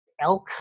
elk